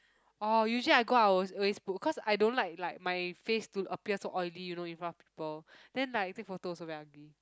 orh usually I go out I will always cause I don't like like my face to appears so oily you know in front of people then like take photos also very ugly